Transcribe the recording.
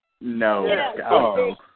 No